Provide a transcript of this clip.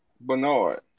Bernard